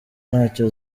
ntacyo